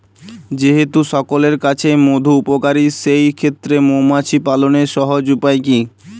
যেহেতু সকলের কাছেই মধু উপকারী সেই ক্ষেত্রে মৌমাছি পালনের সহজ উপায় কি?